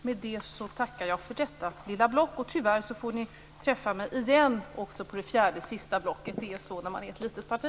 Med detta tackar jag för det här lilla blocket. Tyvärr får ni träffa mig igen också på det fjärde och sista blocket. Det är så i ett litet parti!